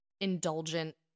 indulgent